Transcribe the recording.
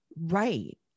Right